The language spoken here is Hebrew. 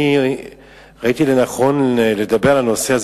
אני ראיתי לנכון לדבר על הנושא הזה